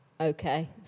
Okay